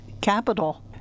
capital